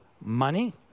money